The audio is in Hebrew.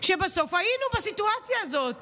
שכבר היינו בסיטואציה הזאת